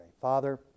Father